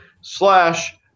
slash